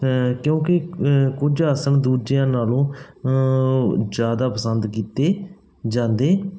ਕਿਉਂਕਿ ਕੁਝ ਆਸਨ ਦੂਜਿਆਂ ਨਾਲੋਂ ਜ਼ਿਆਦਾ ਪਸੰਦ ਕੀਤੇ ਜਾਂਦੇ